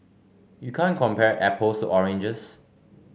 you can't compare apples to oranges